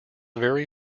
very